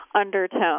undertone